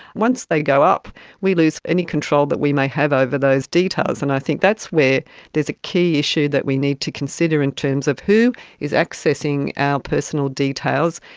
once they go up we lose any control that we may have over those details. and i think that's where there is a key issue that we need to consider in terms of who is accessing our personal details,